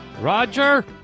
Roger